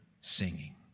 singing